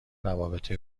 روابط